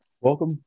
welcome